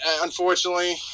unfortunately